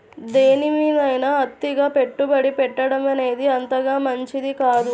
దేనిమీదైనా అతిగా పెట్టుబడి పెట్టడమనేది అంతగా మంచిది కాదు